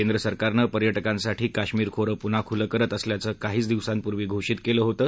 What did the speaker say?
केंद्र सरकारनं पर्यटकांसाठी काश्मीर खोरं पुन्हा खुलं करत असल्याचं काहीच दिवसांपूर्वी घोषित केलं होतं